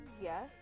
yes